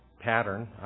pattern